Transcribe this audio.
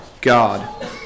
God